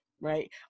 right